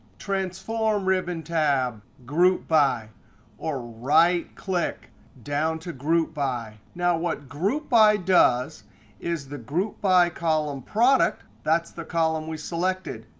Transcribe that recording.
transform ribbon tab, group by or right click down to group by. now what group by does is the group by column product that's the column we selected.